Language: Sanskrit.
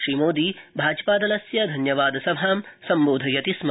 श्रीमोधी भाजपा लस्य धन्यवा सभां सम्बोधयति स्म